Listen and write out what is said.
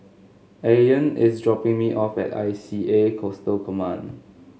Ayaan is dropping me off at I C A Coastal Command